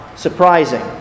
surprising